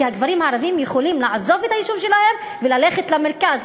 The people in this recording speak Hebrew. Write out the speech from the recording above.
כי הגברים הערבים יכולים לעזוב את היישוב שלהם וללכת למרכז,